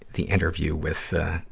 the interview with, ah,